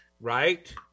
right